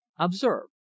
Observe